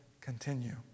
continue